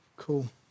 cool